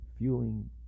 fueling